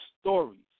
stories